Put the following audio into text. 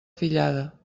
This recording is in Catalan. fillada